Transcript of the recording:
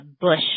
Bush